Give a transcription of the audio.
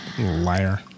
Liar